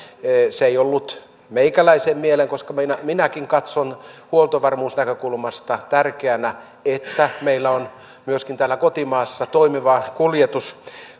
se ei ollut meikäläisen mieleen koska minäkin katson huoltovarmuusnäkökulmasta tärkeäksi että meillä on myöskin täällä kotimaassa toimiva kuljetusala